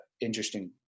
interesting